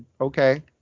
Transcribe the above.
okay